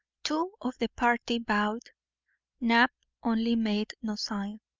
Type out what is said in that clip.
two of the party bowed knapp, only, made no sign.